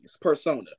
persona